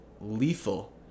lethal